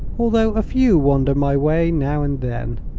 although a few wander my way, now and then.